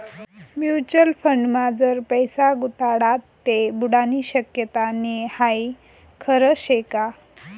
Mutual फंडमा जर पैसा गुताडात ते बुडानी शक्यता नै हाई खरं शेका?